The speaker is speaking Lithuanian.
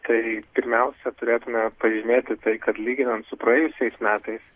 tai pirmiausia turėtume pažymėti tai kad lyginant su praėjusiais metais